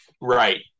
right